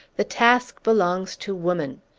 the task belongs to woman.